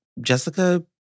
Jessica